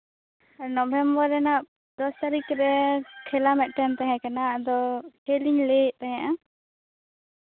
November ᱨᱮᱱᱟᱜ ᱫᱚᱥ ᱛᱟᱨᱤᱠᱷᱨᱮ ᱠᱷᱮᱞᱟ ᱢᱤᱫᱴᱮᱱ ᱛᱟᱸᱦᱮ ᱠᱟᱱ ᱟᱫᱚ ᱠᱷᱮᱞᱤᱧ ᱞᱟᱹᱭᱮᱫ ᱛᱟᱸᱦᱮᱱᱟ